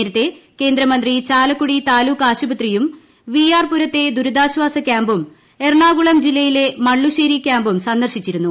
നേരത്തെ കേന്ദ്രമന്ത്രി ചാല്ക്കുടി താലൂക്ക് ആശുപത്രിയും വി ആർ പുരത്തെ ദുരിതാശ്ചാസ ക്യാമ്പും എറണാകുളം ജില്ലയിലെ മള്ളൂശ്ശേരി ക്യാമ്പും സന്ദർശിച്ചിരുന്നു